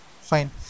fine